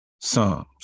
psalms